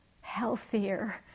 healthier